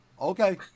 okay